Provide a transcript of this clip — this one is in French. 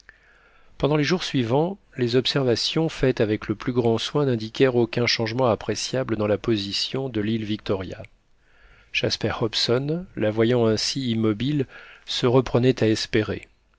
pendant les jours suivants les observations faites avec le plus grand soin n'indiquèrent aucun changement appréciable dans la position de l'île victoria jasper hobson la voyant ainsi immobile se reprenait à espérer